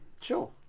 Sure